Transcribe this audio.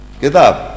Kitab